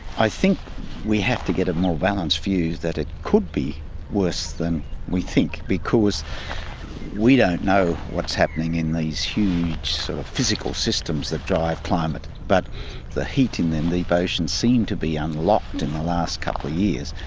i think we have to get a more balanced view that it could be worse than we think because we don't know what is happening in these huge physical systems that drive climate, but the heat in the deep oceans seem to be unlocked in the last couple of years.